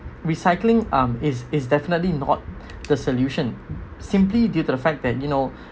recycling um is is definitely not the solution simply due to the fact that you know